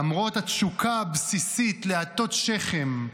למרות התשוקה הבסיסית להטות שכם,